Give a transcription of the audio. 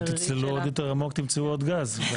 תצללו עוד יותר עמוק תמצאו עוד גז.